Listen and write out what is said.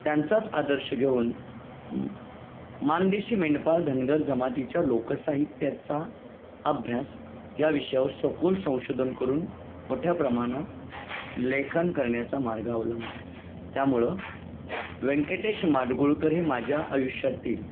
त्यांचाच आदर्श घेऊन माणदेशी मेंढपाळ धनगर जमातीच्या लोकसाहित्याचा अभ्यास या विषयावर सकोल संशोधन करून मोठ्या प्रमाणात लेखन करण्याचा मार्ग अवलंबला आहे त्यामुळं व्यंकटेश माडगुळकर हे माझ्या आयुष्यातील